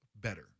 better